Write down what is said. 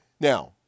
Now